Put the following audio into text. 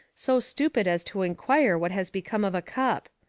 so stupid as to inquire what has become of a cup?